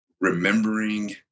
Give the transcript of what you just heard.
remembering